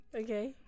Okay